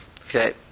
Okay